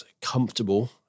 comfortable